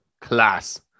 class